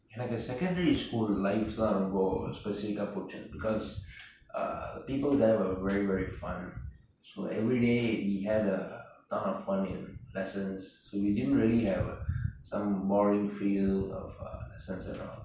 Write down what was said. ்னக்கு:enakku secondary school life தான் ரொம்ப:thaan romba specific பிடிச்சிருந்தது:pidichurunthathu because the people there were very very fun so like everyday we had ton of fun in lessons so we didn't really have some boring feel of lessons at all